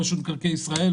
לא רשות מקרקעי ישראל,